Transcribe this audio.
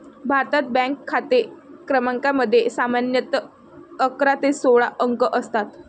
भारतात, बँक खाते क्रमांकामध्ये सामान्यतः अकरा ते सोळा अंक असतात